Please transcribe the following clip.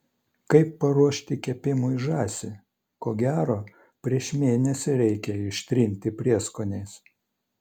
kaip paruošti kepimui žąsį ko gero prieš mėnesį reikia ištrinti prieskoniais